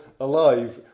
alive